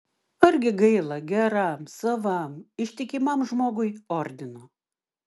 argi gaila geram savam ištikimam žmogui ordino